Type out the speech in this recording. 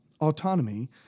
autonomy